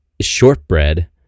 shortbread